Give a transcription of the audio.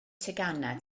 teganau